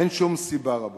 אין שום סיבה, רבותי,